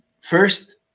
First